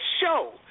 show